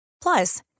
Plus